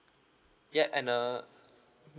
yeah and uh mmhmm